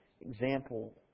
example